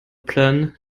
plan